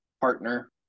partner